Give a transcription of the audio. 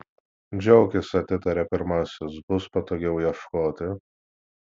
džiaukis atitarė pirmasis bus patogiau ieškoti